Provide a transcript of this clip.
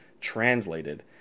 translated